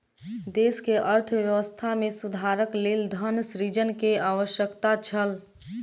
देश के अर्थव्यवस्था में सुधारक लेल धन सृजन के आवश्यकता छल